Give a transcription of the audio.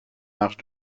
marche